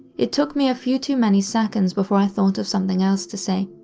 it took me a few too many seconds before i thought of something else to say.